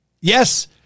yes